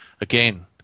again